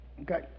Okay